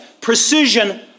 precision